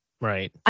Right